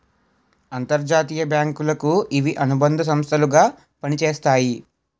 అంతర్జాతీయ బ్యాంకులకు ఇవి అనుబంధ సంస్థలు గా పనిచేస్తాయి